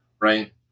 right